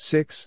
Six